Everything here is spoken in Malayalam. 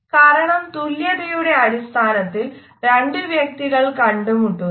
കാരണം തുല്യതയുടെ അടിസ്ഥാനത്തിൽ രണ്ടു വ്യക്തികൾ കണ്ടുമുട്ടുന്നു